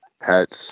pets